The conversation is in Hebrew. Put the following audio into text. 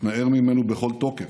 מתנער ממנו בכל תוקף.